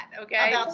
Okay